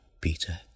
Peter